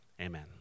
Amen